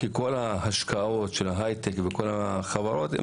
כי כל ההשקעות של ההייטק וכל החברות הן